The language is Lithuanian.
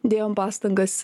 dėjom pastangas